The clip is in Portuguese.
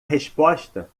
resposta